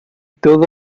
todo